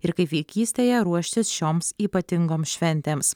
ir kaip veikystėje ruoštis šioms ypatingoms šventėms